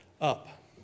up